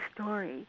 story